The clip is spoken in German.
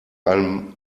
einem